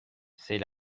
c’est